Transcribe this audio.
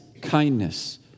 kindness